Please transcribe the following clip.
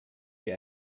wie